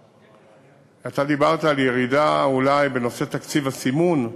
אתה דיברת על ירידה אולי בנושא תקציב הסימון,